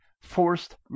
forced